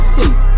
State